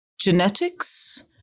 genetics